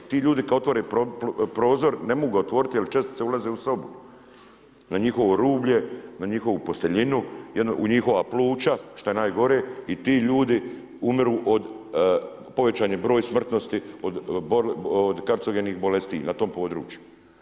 Ti ljudi kada otvore prozor ne mogu ga otvoriti jel čestice ulaze u sobu, na njihovo rublje, na njihovu posteljinu, u njihova pluća šta je najgore i ti ljudi umiru od povećan je broj smrtnosti od kancerogenih bolesti na tom području.